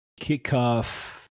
kickoff